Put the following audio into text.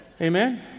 Amen